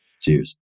Cheers